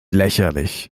lächerlich